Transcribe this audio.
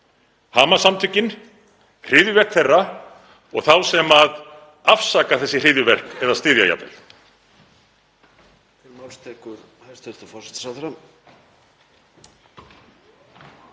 Hamas-samtökin, hryðjuverk þeirra og þá sem afsaka þessi hryðjuverk eða styðja jafnvel?